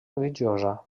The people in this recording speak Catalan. religiosa